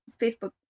Facebook